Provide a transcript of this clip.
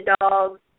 dog's